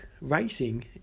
Racing